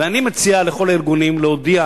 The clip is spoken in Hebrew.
ואני מציע לכל הארגונים להודיע,